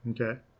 Okay